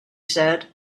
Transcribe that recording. said